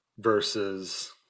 versus